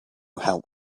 help